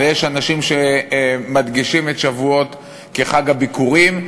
ויש אנשים שמדגישים את שבועות כחג הביכורים.